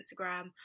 instagram